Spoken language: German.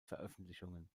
veröffentlichungen